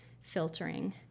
filtering